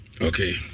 Okay